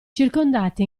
circondati